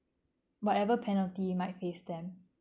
whatever penalty might face them